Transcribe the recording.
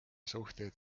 suhteid